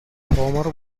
former